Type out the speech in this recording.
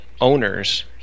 owners